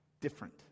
different